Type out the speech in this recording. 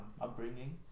upbringing